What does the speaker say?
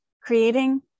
creating